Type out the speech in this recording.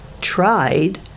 tried